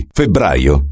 febbraio